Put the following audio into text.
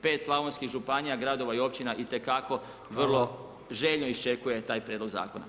Pet slavonskih županija, gradova i općina itekako vrlo željno iščekuje taj prijedlog zakona.